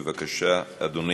בבקשה, אדוני.